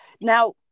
now